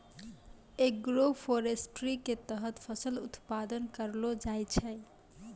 agroforestry के तहत फसल उत्पादन करलो जाय छै